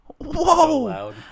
Whoa